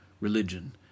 religion